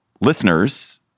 listeners